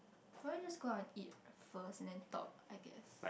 probably just go out and eat first and then talk I guess